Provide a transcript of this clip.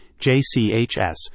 JCHS